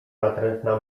natrętna